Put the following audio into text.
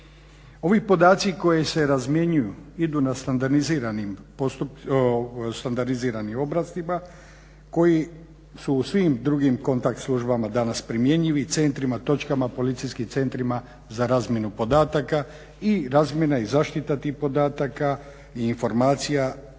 Ovi podaci koji se razmjenjuju idu na standardiziranim obrascima koji su u svim drugim kontakt službama danas primjenjivi i centrima i točkama, policijskim centrima za razmjenu podataka i razmjena i zaštita tih podataka i informacija